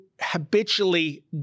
habitually